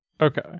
Okay